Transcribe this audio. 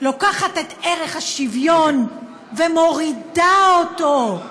לוקחת את ערך השוויון ומורידה אותו.